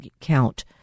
count